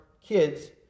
kids